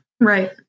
Right